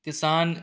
किसान